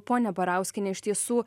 ponia barauskiene iš tiesų